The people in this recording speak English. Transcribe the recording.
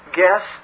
guess